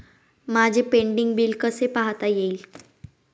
माझे pending bill कसे पाहता येईल?